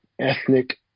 ethnic